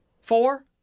Four